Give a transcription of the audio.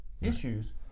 issues